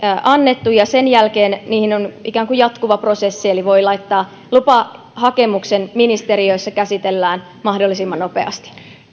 annettu ja sen jälkeen niissä on ikään kuin jatkuva prosessi eli voi laittaa lupahakemuksen ministeriössä käsitellään mahdollisimman nopeasti